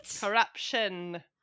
Corruption